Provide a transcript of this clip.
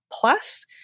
plus